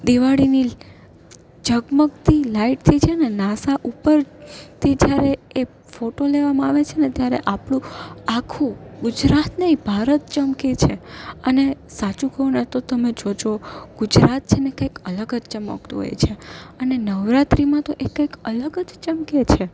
દિવાળીની ઝગમગતી લાઇટથી છેને નાસા ઉપર થી જ્યારે એ ફોટો લેવામાં આવે છેને ત્યારે આપણું આખું ગુજરાત નહીં ભારત ચમકે છે અને સાચું કહુંને તો તમે જોજો ગુજરાત છેને કાંઈક અલગ જ ચમકતું હોય છે અને નવરાત્રીમાં તો એ કાંઈક અલગ જ ચમકે છે